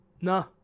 no